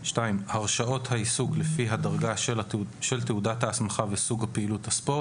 (2)הרשאות העיסוק לפי הדרגה של תעודת ההסמכה וסוג פעילות הספורט,